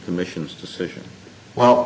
commission's decision well